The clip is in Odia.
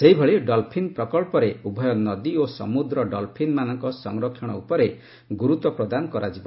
ସେହିଭଳି ଡଲ୍ଫିନ୍ ପ୍ରକଳ୍ପରେ ଉଭୟ ନଦୀ ଓ ସମୁଦ୍ର ଡଲ୍ଫିନ୍ମାନଙ୍କ ସଂରକ୍ଷଣ ଉପରେ ଗୁରୁତ୍ୱ ପ୍ରଦାନ କରାଯିବ